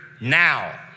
now